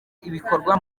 ibikorwa